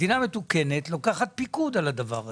מדינה מתוקנת לוקחת פיקוד על הדבר הזה.